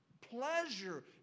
pleasure